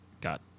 got